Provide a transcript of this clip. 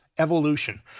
evolution